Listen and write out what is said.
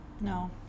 no